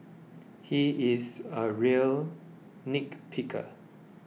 he is a real nitpicker